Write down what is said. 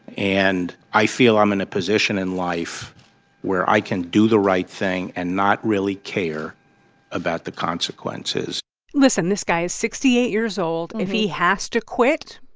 and i feel i'm in a position in life where i can do the right thing and not really care about the consequences listen. this guy is sixty eight years old. if he has to quit,